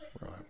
Right